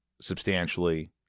substantially